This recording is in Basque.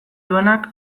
duenak